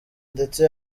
ndetse